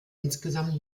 insgesamt